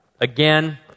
again